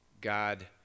God